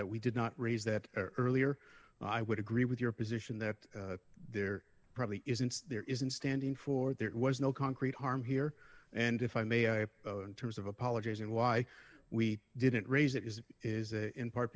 that we did not raise that earlier i would agree with your position that there probably isn't there isn't standing for there was no concrete harm here and if i may terms of apologizing why we didn't raise it is it is in part